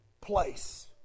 place